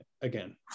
again